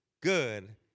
good